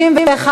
נתקבלו.